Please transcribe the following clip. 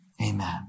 amen